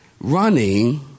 Running